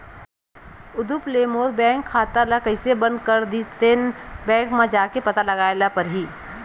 उदुप ले मोर बैंक खाता ल कइसे बंद कर दिस ते, बैंक म जाके पता लगाए ल परही